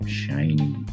shiny